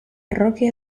rocky